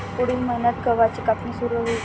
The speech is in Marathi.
पुढील महिन्यात गव्हाची कापणी सुरू होईल